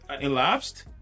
elapsed